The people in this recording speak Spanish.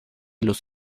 los